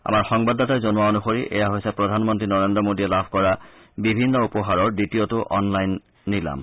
আমাৰ সংবাদদাতাই জনোৱা অনুসৰি এয়া হৈছে প্ৰধানমন্ত্ৰী নৰেন্দ্ৰ মোদীয়ে লাভ কৰা বিভিন্ন উপহাৰৰ দ্বিতীয়টো অনলাইন নিলাম